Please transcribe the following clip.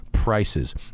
Prices